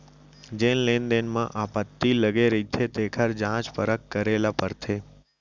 जेन लेन देन म आपत्ति लगे रहिथे तेखर जांच परख करे ल परथे